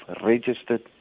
registered